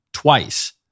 twice